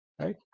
right